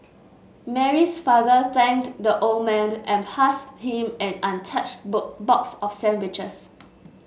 Mary's father thanked the old man and passed him an untouched box of sandwiches